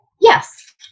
Yes